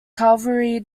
cavalry